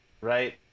Right